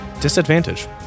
Disadvantage